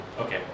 Okay